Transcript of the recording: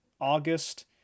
August